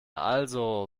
also